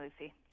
Lucy